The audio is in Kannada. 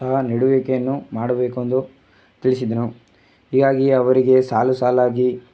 ಸಹ ನೆಡುವಿಕೆಯನ್ನು ಮಾಡಬೇಕು ಎಂದು ತಿಳಿಸಿದನು ಹೀಗಾಗಿ ಅವರಿಗೆ ಸಾಲು ಸಾಲಾಗಿ